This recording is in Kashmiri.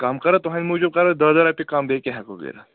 کَم کَرو تُہٕنٛدِ موٗجوٗب کَرو دٔہ دَہ رۄپیہِ کَم بیٚیہِ کیٛاہ ہٮ۪کو کٔرِتھ